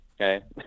okay